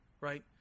Right